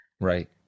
right